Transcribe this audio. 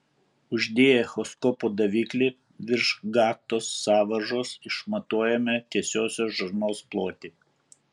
uždėję echoskopo daviklį virš gaktos sąvaržos išmatuojame tiesiosios žarnos plotį